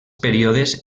períodes